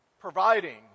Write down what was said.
providing